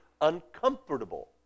uncomfortable